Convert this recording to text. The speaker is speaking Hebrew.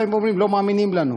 באים ואומרים: לא מאמינים לנו.